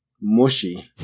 mushy